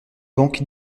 banques